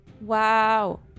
Wow